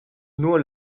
nur